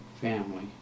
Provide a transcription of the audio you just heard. family